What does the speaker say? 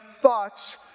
thoughts